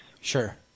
Sure